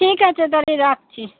ঠিক আছে তাহলে রাখছি